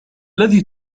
الذي